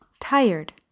Tired